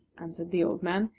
answered the old man.